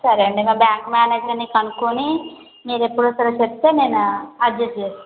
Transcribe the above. సరే అండి మా బ్యాంక్ మేనేజర్ని కనుక్కుని మీరెప్పుడొస్తారో చెప్తే నేను అడ్జస్ట్ చేస్తాను